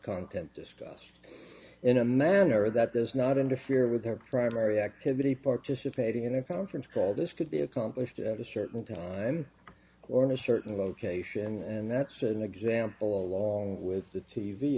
content discussed in a manner that does not interfere with their primary activity participating in a conference call this could be accomplished at a certain time warner's certain location and that's an example along with the t